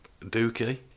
dookie